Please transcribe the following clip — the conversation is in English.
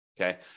Okay